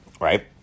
right